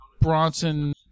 Bronson